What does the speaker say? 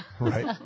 Right